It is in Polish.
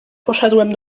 poszedłem